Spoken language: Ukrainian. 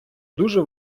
дуже